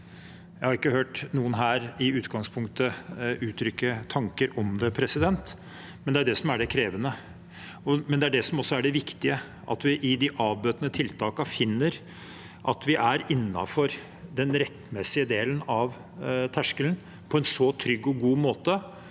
Jeg har ikke hørt noen her i utgangspunktet uttrykke tanker om det. Det er det som er det krevende, men det er også det som er det viktige, at vi i de avbøtende tiltakene finner at vi er innenfor den rettmessige delen av terskelen på en så trygg og god måte